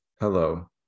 Hello